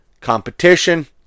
competition